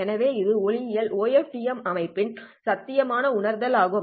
எனவே இது ஒளியியல் OFDM அமைப்பின் சாத்தியமான உணர்தல் ஆகும்